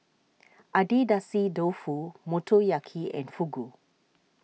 Agedashi Dofu Motoyaki and Fugu